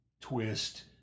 twist